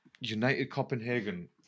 United-Copenhagen